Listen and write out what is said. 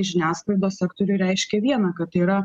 žiniasklaidos sektoriui reiškia viena kad tai yra